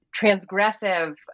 transgressive